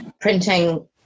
printing